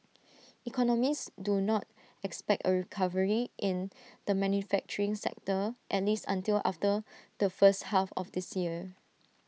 economists do not expect A recovery in the manufacturing sector at least until after the first half of this year